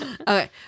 Okay